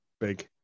big